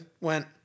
went